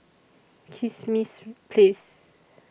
Kismis Place